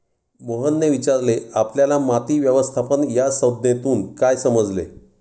मोहनने विचारले आपल्याला माती व्यवस्थापन या संज्ञेतून काय समजले?